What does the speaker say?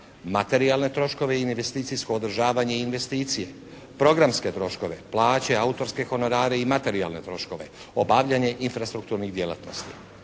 materijalne troškove i investicijsko održavanje i investicije. Programske troškove, plaće, autorske honorare i materijalne troškove. Obavljanje infrastrukturnih djelatnosti.